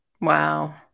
Wow